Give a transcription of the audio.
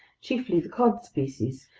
chiefly the cod species,